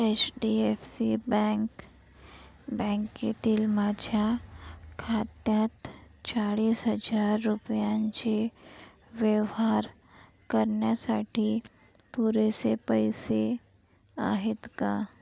H D F C bank बँकेतील माझ्या खात्यात चाळीस हजार रुपयांचे व्यवहार करण्यासाठी पुरेसे पैसे आहेत का